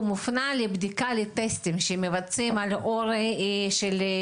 הוא מופנה לבדיקה שמבצעים על העור ביד,